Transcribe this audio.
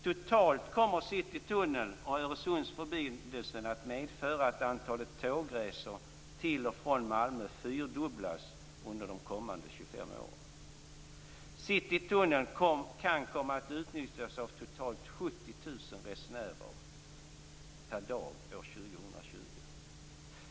Totalt kommer Citytunneln och Öresundsförbindelsen att medföra att antalet tågresor till och från Malmö fyrdubblas under de kommande 25 åren. Citytunneln kan komma att utnyttjas av totalt 70 000 resenärer per dag år 2020.